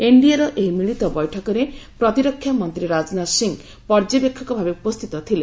ଏନ୍ଡିଏର ଏହି ମିଳିତ ବୈଠକରେ ପ୍ରତିରକ୍ଷା ମନ୍ତ୍ରୀ ରାଜନାଥ ସିଂ ପର୍ଯ୍ୟବେକ୍ଷକ ଭାବେ ଉପସ୍ଥିତ ଥିଲେ